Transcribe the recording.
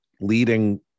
leading